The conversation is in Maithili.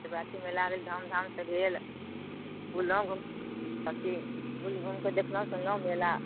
शिवरात्रि मेला भेल धामधाम से भेल बुललहुँ घु सब चीज घुमि घुमिके देखलहुँ सुनलहुँ मेला